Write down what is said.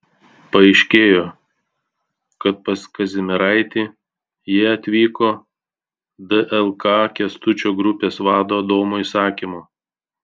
paaiškėjo kad pas kazimieraitį jie atvyko dlk kęstučio grupės vado adomo įsakymu